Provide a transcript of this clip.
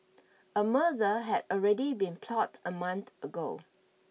a murder had already been plotted a month ago